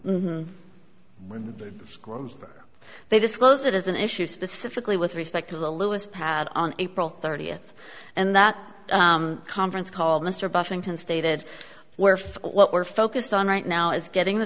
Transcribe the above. e they disclose it as an issue specifically with respect to the lewis pad on april thirtieth and that conference call mr buffington stated were for what we're focused on right now is getting the